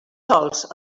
sols